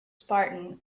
spartan